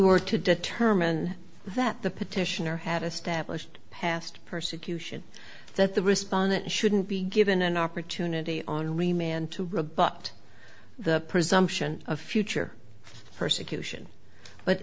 were to determine that the petitioner had established past persecution that the respondent shouldn't be given an opportunity only man to rebut the presumption of future persecution but